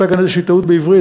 הייתה כאן איזושהי טעות בעברית,